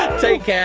take care.